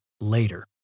later